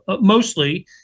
Mostly